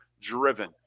driven